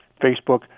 Facebook